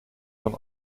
van